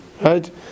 right